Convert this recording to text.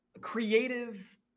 creative